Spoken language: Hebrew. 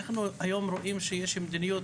אנחנו היום רואים שיש מדיניות